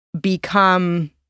become